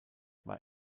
war